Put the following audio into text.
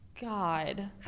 God